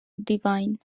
devine